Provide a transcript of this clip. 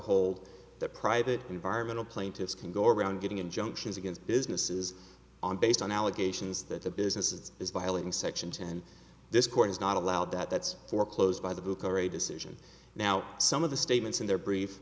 hold that private environmental plaintiffs can go around getting injunctions against businesses on based on allegations that the businesses is violating section two and this court is not allowed that that's foreclosed by the book or a decision now some of the statements in their brief